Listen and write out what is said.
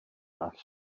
all